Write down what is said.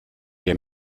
der